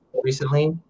recently